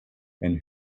and